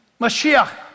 Mashiach